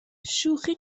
شوخی